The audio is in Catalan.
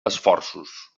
esforços